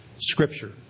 Scripture